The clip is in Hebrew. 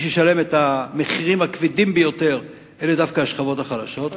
מי שישלם את המחירים הכבדים ביותר זה דווקא השכבות החלשות.